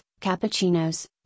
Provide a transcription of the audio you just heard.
cappuccinos